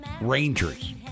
Rangers